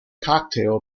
cocktail